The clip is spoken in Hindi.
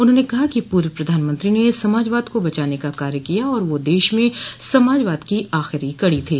उन्होंने कहा कि पूर्व प्रधानमंत्री ने समाजवाद को बचाने का कार्य किया और वह देश में समाजवाद की आखिरी कड़ी थे